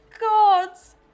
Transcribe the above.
gods